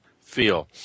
feel